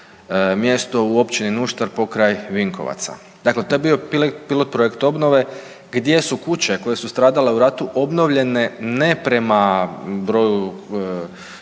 mjesto u općini Nuštar pokraj Vinkovaca. Dakle, to je bio pilot projekt obnove gdje su kuće koje su stradale u ratu obnovljene ne prema broju